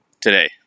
today